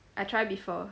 I tried before